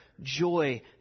joy